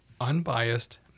unbiased